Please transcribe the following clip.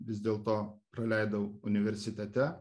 vis dėlto praleidau universitete